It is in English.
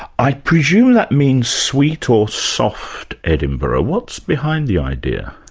i presume that means sweet or soft edinburgh. what's behind the idea?